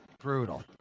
brutal